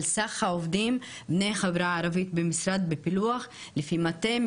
סך העובדים בני החברה הערבית במשרד בפילוח לפי מטה,